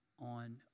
on